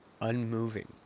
Unmoving